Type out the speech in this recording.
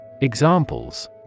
Examples